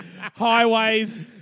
highways